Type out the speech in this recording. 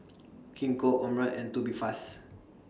Gingko Omron and Tubifast